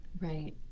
right